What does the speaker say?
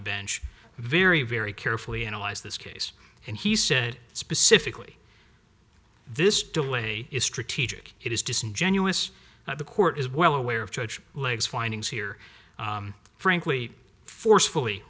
the bench very very carefully analyzed this case and he said specifically this delay is strategic it is disingenuous now the court is well aware of judge legs findings here frankly forcefully